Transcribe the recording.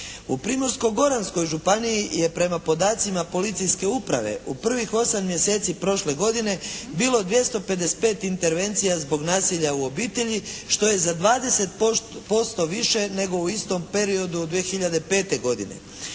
U Primorsko-goranskoj županiji je prema podacima policijske uprave u prvih osam mjeseci prošle godine bilo 255 intervencija zbog nasilja u obitelji što je za 20% više nego u istom periodu 2005. godine.